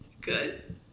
Good